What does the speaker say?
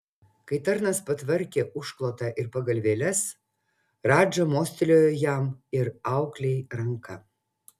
kai tarnas patvarkė užklotą ir pagalvėles radža mostelėjo jam ir auklei ranka